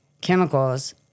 chemicals